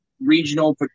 regional